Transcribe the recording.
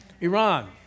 Iran